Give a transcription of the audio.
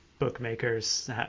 bookmakers